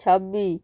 ଛବି